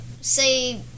say